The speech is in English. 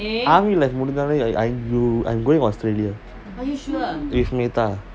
ஆர்மிலைப்முடிச்சிட்டுஅய்யோ:army life mudichittu aiyoo I'm going australia with matar